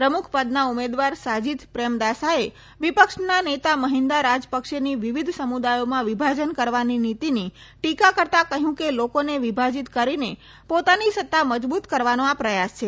પ્રમુખ પદના ઉમેદવાર સાજીથ પ્રેમદાસાએ વિપક્ષના નેતા મહિન્દા રાજપક્ષેની વિવિધ સમુદાયોમાં વિભાજન કરવાની નીતિની ટીકા કરતા કહ્યું છે કે લોકોને વિભાજિત કરીને પોતાની સત્તા મજબૂત કરવાનો આ પ્રયાસ છે